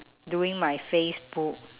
doing my facebook